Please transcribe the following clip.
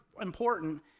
important